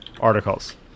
articles